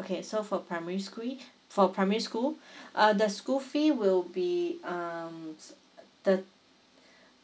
okay so for primary for primary school uh the school fee will be um thir~